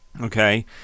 okay